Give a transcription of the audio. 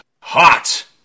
hot